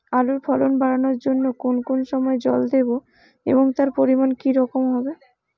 আলুর ফলন বাড়ানোর জন্য কোন কোন সময় জল দেব এবং তার পরিমান কি রকম হবে?